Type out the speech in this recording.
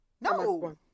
No